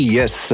yes